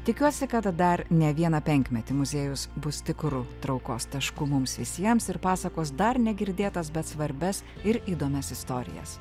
tikiuosi kad dar ne vieną penkmetį muziejus bus tikru traukos tašku mums visiems ir pasakos dar negirdėtas bet svarbias ir įdomias istorijas